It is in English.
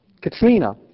Katrina